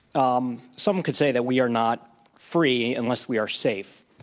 um some could say that we are not free unless we are safe.